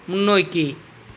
முன்னோக்கி